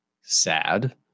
sad